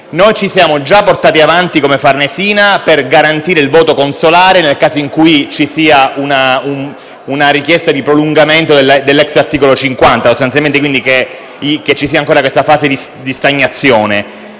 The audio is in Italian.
ci siamo già portati avanti per garantire il voto consolare nel caso in cui ci sia una richiesta di prolungamento *ex* articolo 50 (quindi, sostanzialmente, qualora ci sia ancora questa fase di stagnazione).